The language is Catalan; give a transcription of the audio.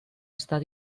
estar